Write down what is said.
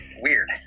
weird